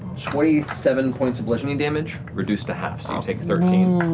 twenty seven points of bludgeoning damage, reduced to half, so you take thirteen.